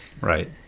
Right